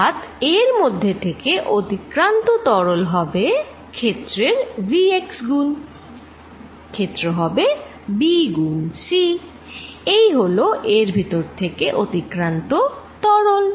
অর্থাৎ এর মধ্যে থেকে অতিক্রান্ত তরল হবে ক্ষেত্রের vx গুন ক্ষেত্র হবে b গুন c এই হলো এর ভেতর থেকে অতিক্রান্ত তরল